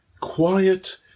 quiet